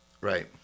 Right